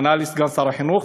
ענה לי סגן שר החינוך,